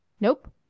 Nope